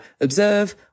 observe